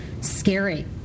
Scary